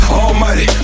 almighty